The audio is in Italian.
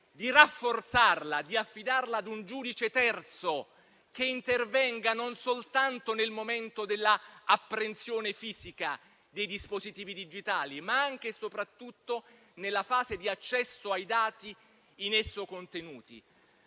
di rafforzarla, di affidarla ad un giudice terzo che intervenga non soltanto nel momento dell'apprensione fisica dei dispositivi digitali, ma anche e soprattutto nella fase di accesso ai dati in esso contenuti,